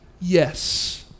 Yes